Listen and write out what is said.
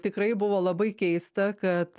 tikrai buvo labai keista kad